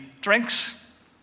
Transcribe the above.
drinks